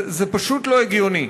זה פשוט לא הגיוני.